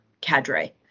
cadre